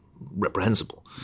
reprehensible